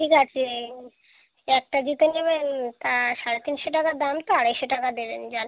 ঠিক আছে একটা জুতো নেবেন তা সাড়ে তিনশো টাকা দাম তো আড়াইশো টাকা দেবেন যান